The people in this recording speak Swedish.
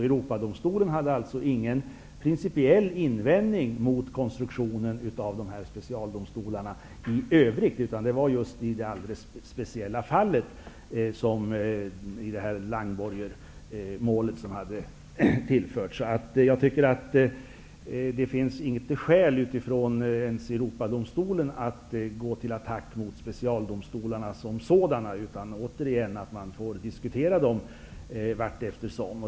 Europadomstolen hade alltså ingen principiell invändning mot konstruktionen av dessa specialdomstolar i övrigt, utan det gällde just i det alldeles speciella fallet, Langborgermålet. Jag tycker inte att det finns skäl att ens utifrån detta mål i Europadomstolen gå till attack mot specialdomstolarna som sådana. Vi får diskutera frågan senare.